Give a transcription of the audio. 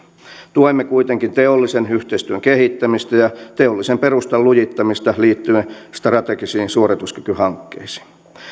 tuemme kuitenkin teollisen yhteistyön kehittämistä ja teollisen perustan lujittamista liittyen strategisiin suorituskykyhankkeisiin